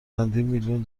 میلیون